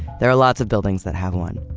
there are lots of buildings that have one.